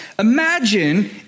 Imagine